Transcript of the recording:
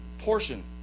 Portion